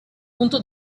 punto